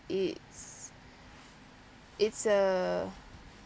it's it's a